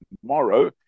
tomorrow